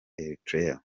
eritrea